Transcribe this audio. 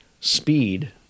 speed